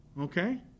okay